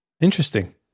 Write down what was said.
Interesting